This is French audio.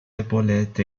épaulettes